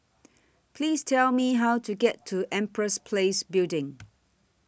Please Tell Me How to get to Empress Place Building